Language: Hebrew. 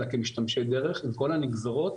אלא גם כמשתמשי דרך מכל הנגזרות